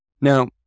Now